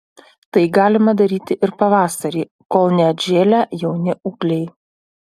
tai galima daryti ir pavasarį kol neatžėlę jauni ūgliai